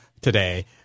today